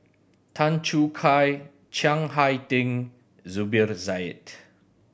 Tan Choo Kai Chiang Hai Ding Zubir Said